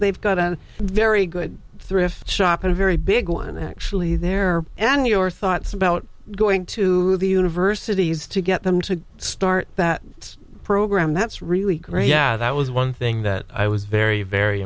they've got a very good thrift shop a very big one actually there and your thoughts about going to the universities to get them to start that program that's really great yeah that was one thing that i was very very